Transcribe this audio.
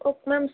okay ma'am